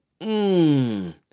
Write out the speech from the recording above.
mmm